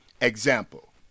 Example